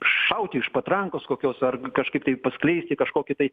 šauti iš patrankos kokios ar k kažkaip tai paskleisti kažkokį tai